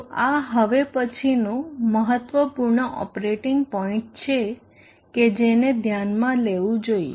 તો આ હવે પછીનું મહત્વપૂર્ણ ઓપરેટિંગ પોઇન્ટ છે કે જેને ધ્યાનમાં લેવું જોઈએ